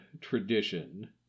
tradition